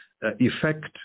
effect